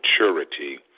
maturity